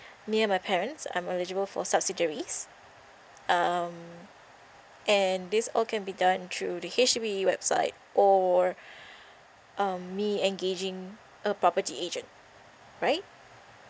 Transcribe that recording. near my parents I'm eligible for subsidiaries um and this all can be done through the H_D_B website or um me engaging a property agent right